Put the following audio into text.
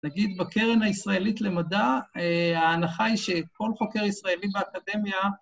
‫נגיד, בקרן הישראלית למדע, ‫ההנחה היא שכל חוקר ישראלי באקדמיה...